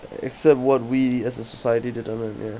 except what we as a society determine ya